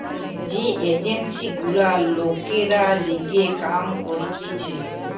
যে এজেন্সি গুলা লোকের লিগে কাম করতিছে